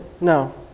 No